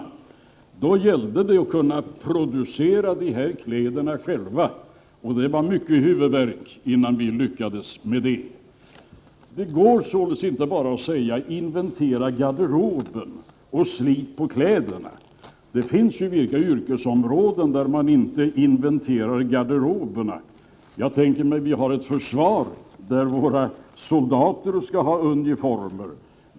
Då gällde det att kunna producera kläderna själva, och det var mycket huvudvärk innan vi lyckades med det. Det går således inte bara att säga: Inventera garderoben och slit på kläderna. Det finns yrkesområden där man inte inventerar garderoberna. Jag tänker på försvaret, där våra soldater skall ha uniformer.